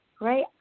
Right